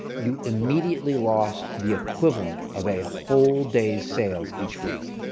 you immediately lost the equivalent of a whole day's sales each week.